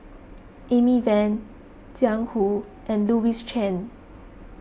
Amy Van Jiang Hu and Louis Chen